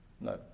No